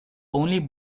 only